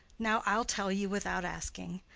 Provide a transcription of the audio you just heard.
now i'll tell you without asking.